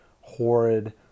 horrid